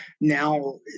now